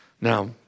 Now